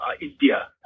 India